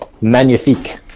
magnifique